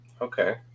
Okay